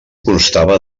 constava